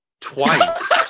twice